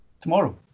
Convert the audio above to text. tomorrow